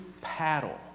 paddle